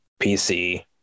pc